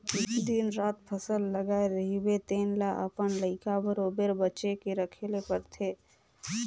दिन रात फसल लगाए रहिबे तेन ल अपन लइका बरोबेर बचे के रखे ले परथे